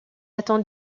attend